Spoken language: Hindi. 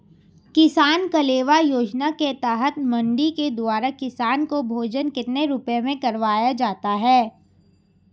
किसान कलेवा योजना के तहत मंडी के द्वारा किसान को भोजन कितने रुपए में करवाया जाता है?